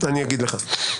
נכון.